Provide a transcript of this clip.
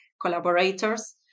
collaborators